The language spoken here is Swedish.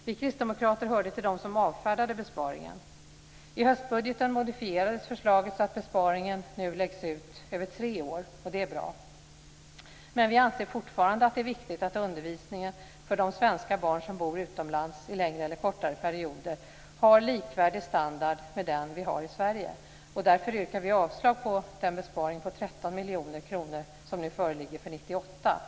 Vi kristdemokrater hörde till dem som avfärdade besparingen. I höstbudgeten modifierades förslaget så att besparingen nu läggs ut över tre år. Det är bra, men vi anser fortfarande att det är viktigt att standarden på undervisningen för de svenska barn som bor utomlands under längre eller kortare perioder är likvärdig med den som vi har i Sverige. Därför yrkar vi avslag på den besparing på 13 miljoner kronor som nu föreligger för 1998.